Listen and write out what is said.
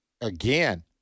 again